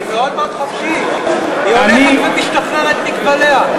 היא מאוד מאוד חופשית, היא הולכת ומשתחררת מכבליה.